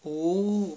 oo